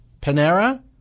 Panera